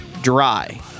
dry